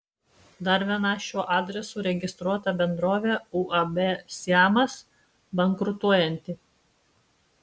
dar viena šiuo adresu registruota bendrovė uab siamas bankrutuojanti